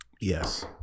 Yes